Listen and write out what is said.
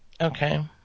Okay